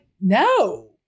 no